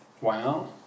Wow